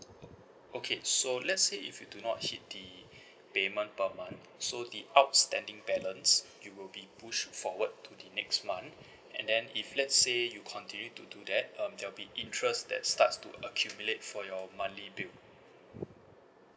oh okay so let's say if you do not hit the payment per month so the outstanding balance you will be pushed forward to the next month and then if let's say you continue to do that um there will be interest that starts to accumulate for your monthly bill